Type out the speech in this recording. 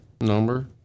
number